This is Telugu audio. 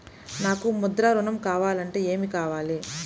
నాకు ముద్ర ఋణం కావాలంటే ఏమి కావాలి?